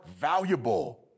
valuable